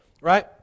right